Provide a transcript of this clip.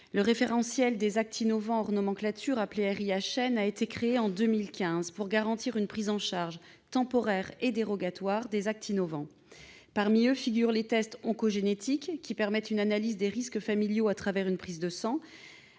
Le référentiel des actes innovants hors nomenclature, le RIHN, a été créé en 2015 pour garantir une prise en charge temporaire et dérogatoire des actes innovants. Parmi eux figurent les tests oncogénétiques, qui permettent une analyse des risques familiaux à travers une prise de sang,